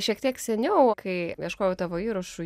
šiek tiek seniau kai ieškojau tavo įrašų